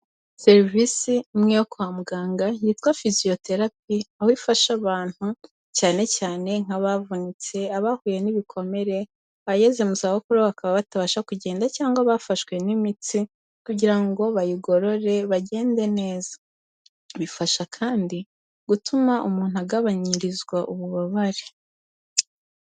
Serivisi imwe yo kwa muganga yitwa fisiyoterapi aho ifasha abantu cyane cyane nk'abavunitse abahuye n'ibikomere, abageze mu zabukuru bakaba batabasha kugenda cyangwa bafashwe n'imitsi kugira ngo bayigorore bagende neza, bifasha kandi gutuma umuntu agabanyirizwa ububabare.